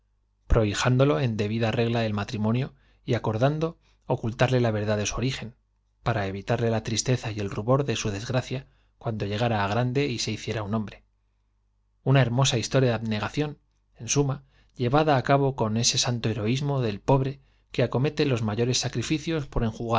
prohijándolo en debida la casa y se quedó con el mátrimonio y acordando ocultarle la verdad regla tristeza el rubor de de su origen para evitarle la y se hiciera su desgracia cuando llegara á grande y hermosa historia de abnegación en un hombre una cabo santo heroísmo del suma llevada á con ese pobre que acomete los mayores sacrificios por